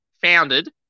founded